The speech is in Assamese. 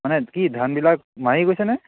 মানে কি ধানবিলাক মাৰি গৈছানে